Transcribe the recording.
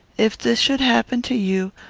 if this should happen to you,